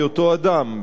אדם בהיותו אדם,